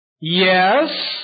Yes